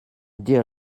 dear